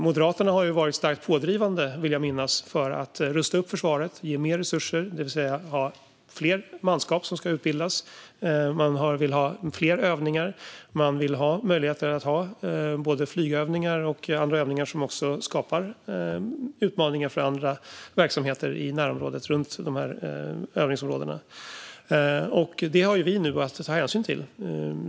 Moderaterna har varit starkt pådrivande, vill jag minnas, för att rusta upp försvaret och ge mer resurser, det vill säga ha fler manskap som ska utbildas. Man vill ha fler övningar. Man vill ha möjligheter att ha både flygövningar och andra övningar som skapar utmaningar för andra verksamheter i närområdet runt övningsområdena. Det har vi nu att ta hänsyn till.